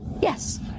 Yes